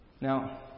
Now